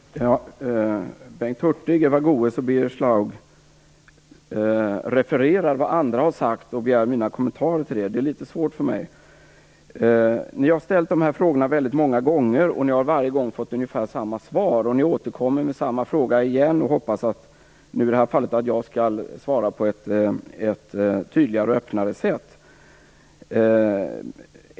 Fru talman! Bengt Hurtig, Eva Goës och Birger Schlaug refererar vad andra har sagt och begär mina kommentarer till det. Det är litet svårt för mig. Ni har ställt de här frågorna väldigt många gånger, och ni har varje gång fått ungefär samma svar. Ni återkommer med samma fråga igen och hoppas i det här fallet att jag skall svara på ett tydligare och öppnare sätt.